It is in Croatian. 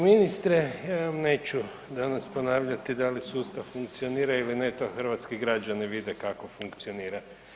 ministre, neću danas ponavljati da li sustav funkcionira ili ne, to hrvatski građani vide kako funkcionira.